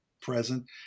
present